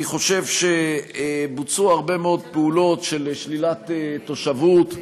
אני חושב שבוצעו הרבה מאוד פעולות של שלילת תושבות,